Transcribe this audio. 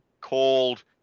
called